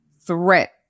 threat